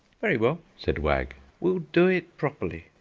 very well, said wag. we'll do it properly.